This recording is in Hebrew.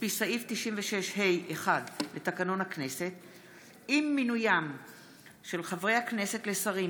תשלום דמי אבטלה מהיום הראשון) (הוראת שעה),